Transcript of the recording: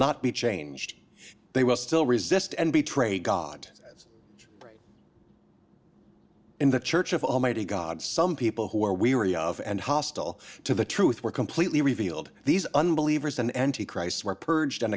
not be changed they will still resist and betray god is great in the church of almighty god some people who are weary of and hostile to the truth were completely revealed these unbelievers and anti christ were purged